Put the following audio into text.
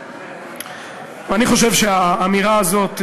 אני חושב שהאמירה הזאת,